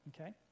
Okay